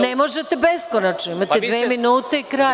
Ne možete beskonačno, imate dve minute i kraj.